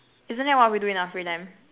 isn't that what we do in our free time